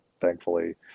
thankfully